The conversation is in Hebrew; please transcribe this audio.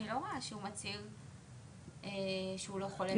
אבל אני לא רואה שאדם צריך להצהיר שהוא לא חולה בקורונה.